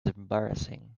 embarrassing